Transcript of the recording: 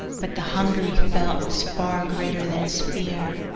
but the hunger he felt was far greater than his fear.